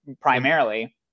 primarily